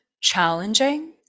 challenging